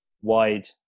wide